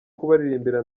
kubaririmbira